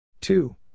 Two